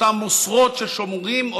אותן מוסרות ששומרים,